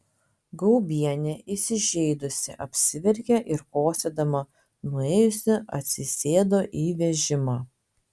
gaubienė įsižeidusi apsiverkė ir kosėdama nuėjusi atsisėdo į vežimą